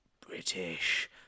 british